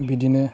बिदिनो